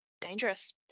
Dangerous